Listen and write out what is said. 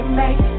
make